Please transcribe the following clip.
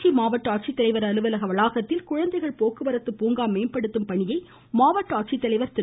திருச்சி மாவட்ட ஆட்சித்தலைவர் அலுவலக வளாகத்தில் குழந்தைகள் போக்குவரத்து பூங்கா மேம்படுத்தும் பணியை மாவட்ட ஆட்சித்தலைவர் திரு